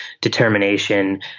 determination